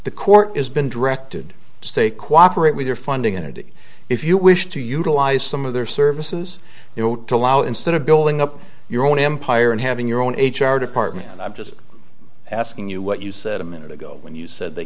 the court has been directed to say cooperate with your funding and if you wish to utilize some of their services you know to allow instead of building up your own empire and having your own h r department i'm just asking you what you said a minute ago when you said they